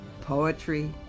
poetry